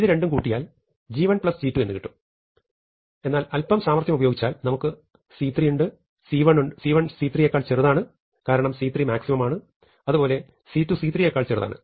ഇതുരണ്ടും കൂട്ടിയാൽ g1 g2 എന്നുകിട്ടും എന്നാൽ അല്പം സാമർഥ്യം ഉപയോഗിച്ചാൽ നമുക്ക് c3 ഉണ്ട് c1 c3 യെക്കാൾ ചെറുതാണ്കാരണം c3 മാക്സിമം ആണ് അതുപോലെ c2 c3 യെക്കാൾ ചെറുതാണ്